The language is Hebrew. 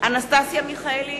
אנסטסיה מיכאלי,